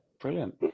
Brilliant